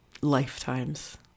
Lifetimes